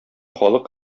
халык